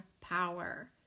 power